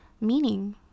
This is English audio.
meaning